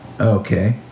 Okay